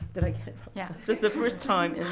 the like yeah like the first time in